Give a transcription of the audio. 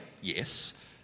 yes